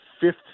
fifth